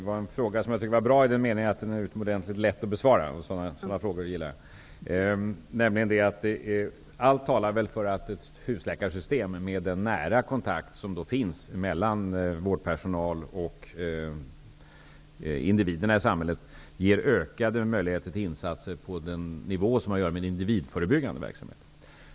Fru talman! Ställda fråga tycker jag är bra i den meningen att det är utomordentligt lätt att besvara den. Sådana frågor gillar jag. Allt talar väl för att ett husläkarsystem, med tanke på den nära kontakt mellan vårdpersonal och enskilda individer som där förekommer, ger ökade möjligheter till insatser på den nivå som har att göra med den för individen förebyggande verksamheten.